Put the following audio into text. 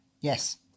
Yes